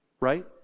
right